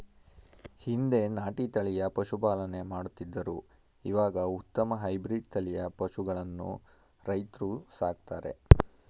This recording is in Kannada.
ಹಿಂದೆ ನಾಟಿ ತಳಿಯ ಪಶುಪಾಲನೆ ಮಾಡುತ್ತಿದ್ದರು ಇವಾಗ ಉತ್ತಮ ಹೈಬ್ರಿಡ್ ತಳಿಯ ಪಶುಗಳನ್ನು ರೈತ್ರು ಸಾಕ್ತರೆ